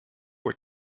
were